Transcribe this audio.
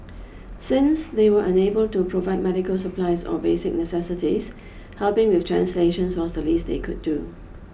since they were unable to provide medical supplies or basic necessities helping with translations was the least they could do